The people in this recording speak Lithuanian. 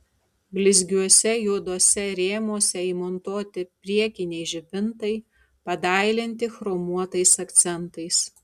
blizgiuose juoduose rėmuose įmontuoti priekiniai žibintai padailinti chromuotais akcentais